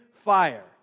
fire